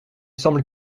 semble